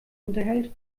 unterhält